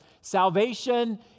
salvation